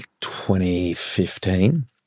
2015